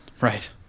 Right